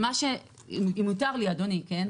אם מותר לי לומר.